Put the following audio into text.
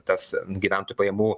tas gyventojų pajamų